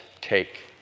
take